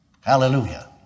Hallelujah